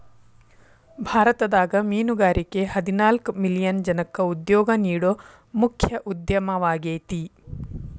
ಭಾರತದಾಗ ಮೇನುಗಾರಿಕೆ ಹದಿನಾಲ್ಕ್ ಮಿಲಿಯನ್ ಜನಕ್ಕ ಉದ್ಯೋಗ ನೇಡೋ ಮುಖ್ಯ ಉದ್ಯಮವಾಗೇತಿ